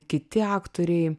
kiti aktoriai